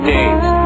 Days